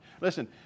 Listen